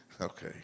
Okay